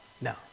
No